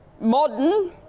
Modern